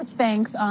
thanks